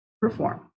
perform